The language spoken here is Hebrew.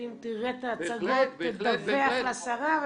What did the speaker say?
תראה את ההצגות ותדווח לשרה?